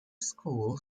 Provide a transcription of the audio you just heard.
school